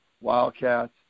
Wildcats